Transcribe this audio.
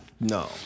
No